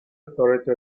authority